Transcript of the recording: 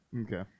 Okay